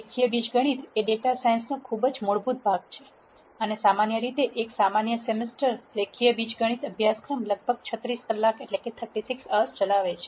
રેખીય બીજગણિત એ ડેટા સાયન્સનો ખૂબ જ મૂળભૂત ભાગ છે અને સામાન્ય રીતે એક સામાન્ય સેમેસ્ટર રેખીય બીજગણિત અભ્યાસક્રમ લગભગ 36 કલાકચલાવે છે